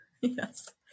Yes